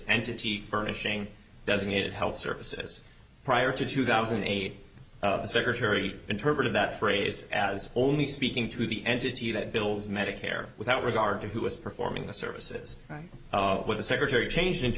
entity furnishing designated health services prior to two thousand and eight the secretary interpreted that phrase as only speaking to the entity that bills medicare without regard to who is performing the services with the secretary changed in two